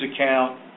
account